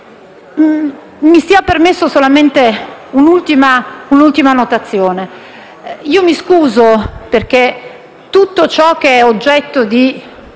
Mi sia permessa solamente un'ultima notazione. Mi scuso, ma in tutto ciò che è oggetto di